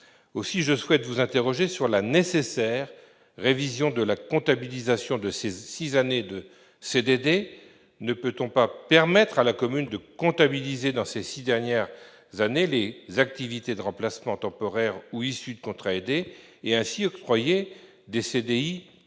Aussi, je souhaite vous interroger sur la nécessaire révision de la comptabilisation de ces six années de CDD. Ne peut-on pas permettre à la commune de comptabiliser, dans ces six années, les activités de remplacement temporaire ou issues de contrats aidés, et octroyer ainsi